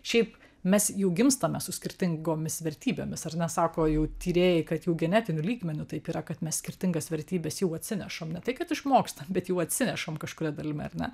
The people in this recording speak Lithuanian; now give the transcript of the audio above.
šiaip mes jau gimstame su skirtingomis vertybėmis ar ne sako jau tyrėjai kad jau genetiniu lygmeniu taip yra kad mes skirtingas vertybes jau atsinešam ne tai kad išmokstam bet jau atsinešam kažkuria dalimi ar ne